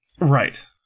Right